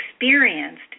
experienced